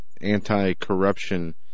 anti-corruption